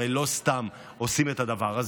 הרי לא סתם עושים את הדבר הזה,